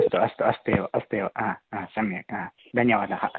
अस्तु अस्तु अस्तु एव अस्तु एव हा ह सम्यक् हा धन्यवादः